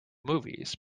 movies